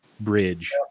bridge